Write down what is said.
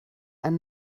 ein